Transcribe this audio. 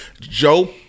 Joe